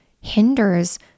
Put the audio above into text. hinders